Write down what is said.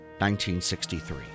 1963